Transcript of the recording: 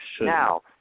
Now